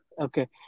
Okay